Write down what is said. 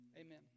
Amen